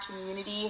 community